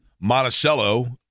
Monticello